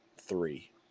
three